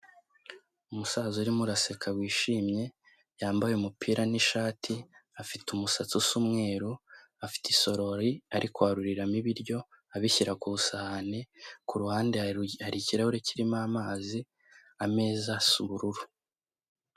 Umusaza urimo uraseka wishimye, yambaye umupira n'ishati, afite umusatsi usa umweru, afite isorori ari kwaruriramo ibiryo abishyira ku isahani, ku ruhande hari ikirahure kirimo amazi, ameza asa ubururu.